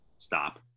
Stop